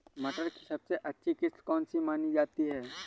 मटर की सबसे अच्छी किश्त कौन सी मानी जाती है?